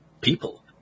people